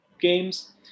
games